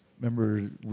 remember